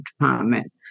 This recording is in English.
department